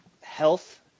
health